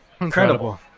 Incredible